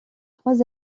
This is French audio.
trois